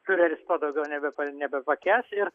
fiureris to daugiau nebe nebepakęs ir